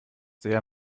sehr